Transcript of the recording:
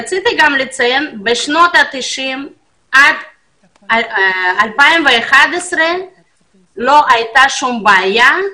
בשנות ה-90 עד 2011 לא הייתה כל בעיה,